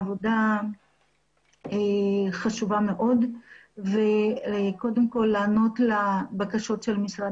עבודה חשובה מאוד וקודם כל להיענות לבקשות של המשרד